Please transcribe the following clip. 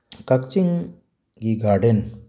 ꯀꯛꯆꯤꯡꯒꯤ ꯒꯥꯔꯗꯦꯟ